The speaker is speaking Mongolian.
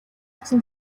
чинь